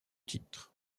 titre